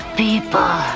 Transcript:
people